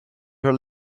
her